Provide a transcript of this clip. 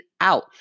out